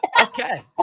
Okay